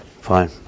fine